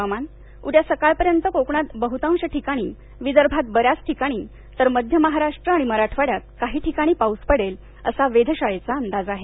हवामान उद्या सकाळपर्यंत कोकणात बहतांश ठिकाणी विदर्भात बऱ्याच ठिकाणी तर मध्य महाराष्ट्र आणि मराठवाड्यात काही ठिकाणी पाऊस पडेल असा वेधशाळेचा अंदाज आहे